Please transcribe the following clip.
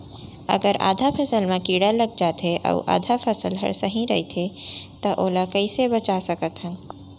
अगर आधा फसल म कीड़ा लग जाथे अऊ आधा फसल ह सही रइथे त ओला कइसे बचा सकथन?